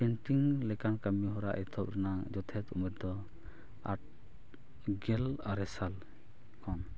ᱞᱮᱠᱟᱱ ᱠᱟᱹᱢᱤᱦᱚᱨᱟ ᱮᱛᱚᱦᱚᱵ ᱨᱮᱱᱟᱜ ᱡᱚᱛᱷᱟᱛ ᱩᱢᱮᱨ ᱫᱚ ᱟᱴ ᱜᱮᱞ ᱟᱨᱮᱥᱟᱞ ᱠᱷᱚᱱ